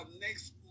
next